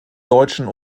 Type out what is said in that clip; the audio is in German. deutschen